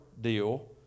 deal